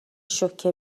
شوکه